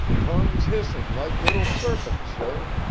tongues hissing like little serpents, sir,